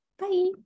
Bye